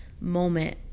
moment